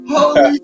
Holy